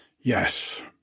Yes